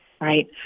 right